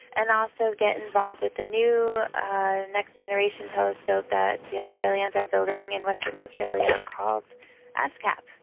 and also get involved with the new next-generation telescope that the australians are building in western australia called askap.